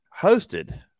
hosted